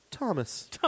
Thomas